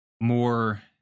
more